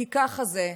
כי ככה זה,